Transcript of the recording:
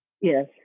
Yes